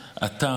אתה,